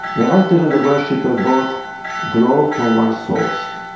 the writer and the worshipper both draw from one source,